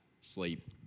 sleep